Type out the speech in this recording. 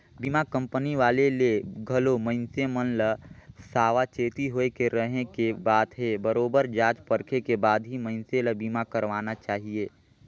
बीमा कंपनी वाले ले घलो मइनसे मन ल सावाचेती होय के रहें के बात हे बरोबेर जॉच परखे के बाद ही मइनसे ल बीमा करवाना चाहिये